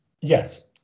Yes